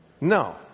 No